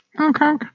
Okay